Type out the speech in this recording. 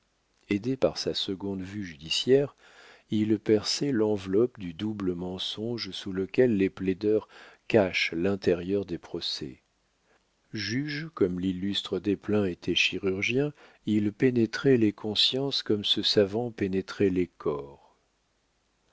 aidé par sa seconde vue judiciaire il perçait l'enveloppe du double mensonge sous lequel les plaideurs cachent l'intérieur des procès juge comme l'illustre desplein était chirurgien il pénétrait les consciences comme ce savant pénétrait les corps